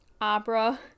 opera